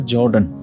Jordan